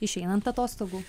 išeinant atostogų